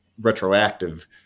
retroactive